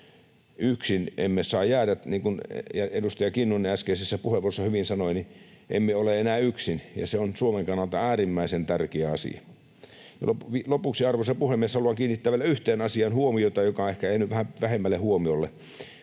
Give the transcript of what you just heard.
Yksin emme saa jäädä. Niin kuin edustaja Kinnunen äskeisessä puheenvuorossa hyvin sanoi, emme ole enää yksin, ja se on Suomen kannalta äärimmäisen tärkeä asia. Lopuksi, arvoisa puhemies, haluan kiinnittää huomiota vielä yhteen asiaan, joka on ehkä jäänyt vähän vähemmälle huomiolle: